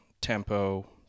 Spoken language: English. tempo